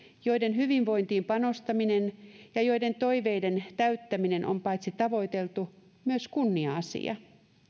joiden hyvinvointiin panostaminen ja joiden toiveiden täyttäminen on paitsi tavoiteltu myös kunnia asia